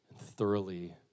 thoroughly